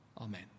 amen